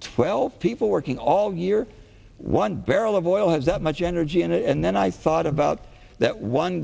twelve people working all year one barrel of oil has that much energy and then i thought about that one